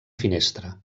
finestra